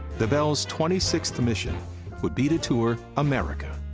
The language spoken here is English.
the belle's twenty sixth mission would be to tour america,